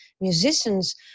musicians